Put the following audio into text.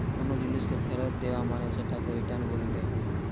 কোনো জিনিসকে ফেরত দেয়া মানে সেটাকে রিটার্ন বলেটে